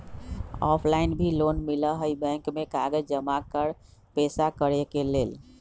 Offline भी loan मिलहई bank में कागज जमाकर पेशा करेके लेल?